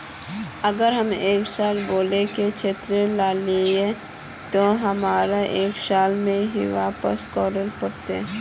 अगर हम एक साल बोल के ऋण लालिये ते हमरा एक साल में ही वापस करले पड़ते?